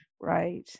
Right